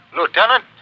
Lieutenant